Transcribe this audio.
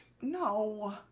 No